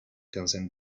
quinzaine